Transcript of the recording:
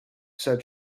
said